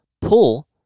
pull